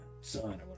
son